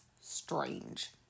strange